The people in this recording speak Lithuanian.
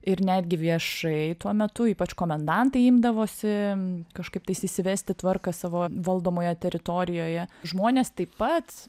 ir netgi viešai tuo metu ypač komendantai imdavosi kažkaip tais įsivesti tvarką savo valdomoje teritorijoje žmonės taip pat